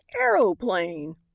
aeroplane